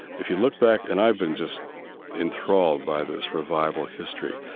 if you look back and i've been just enthralled by this revival history,